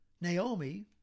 Naomi